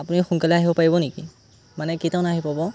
আপুনি সোনকালে আহিব পাৰিব নেকি মানে কেইটামানত আহি পাব